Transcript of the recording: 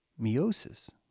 meiosis